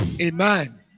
Amen